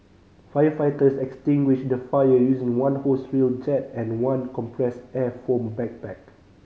firefighters extinguished the fire using one hose reel jet and one compressed air foam backpack